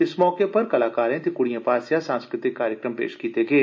इस मौके उप्पर कलाकारें ते कृड़िएं पास्सेआ सांस्कृतिक कार्यक्रम पेश कीते गे